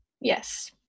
Yes